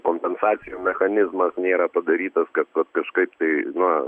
kompensacijų mechanizmas nėra padarytas kad vat kažkaip tai na